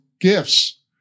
gifts